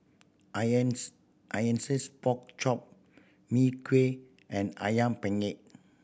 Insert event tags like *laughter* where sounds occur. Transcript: *unintelligible* pork chop Mee Kuah and Ayam Penyet